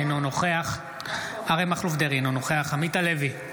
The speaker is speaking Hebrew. אינו נוכח אריה מכלוף דרעי, אינו נוכח עמית הלוי,